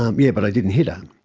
um yeah, but i didn't hit um